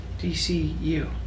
DCU